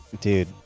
dude